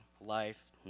life